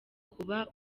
kuba